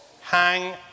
hang